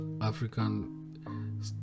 African